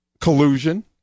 collusion